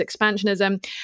expansionism